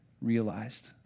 realized